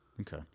okay